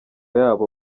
yabo